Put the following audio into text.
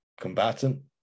combatant